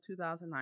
2009